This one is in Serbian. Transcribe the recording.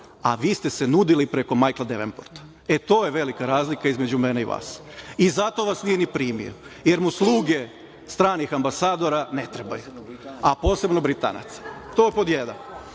a vi ste se nudili preko Majkla Devenporta. To je velika razlika između mene i vas i zato vas nije ni primio jer mu sluge stranih ambasadora ne trebaju, a posebno Britanaca. To pod jedna. Pod